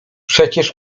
przecież